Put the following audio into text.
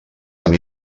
fan